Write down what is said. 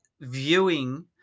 viewing